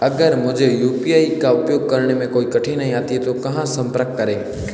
अगर मुझे यू.पी.आई का उपयोग करने में कोई कठिनाई आती है तो कहां संपर्क करें?